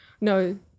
No